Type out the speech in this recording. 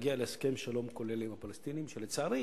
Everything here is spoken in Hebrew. להגיע להסכם שלום כולל עם הפלסטינים, ולצערי